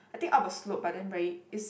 I think up a slope but then very it's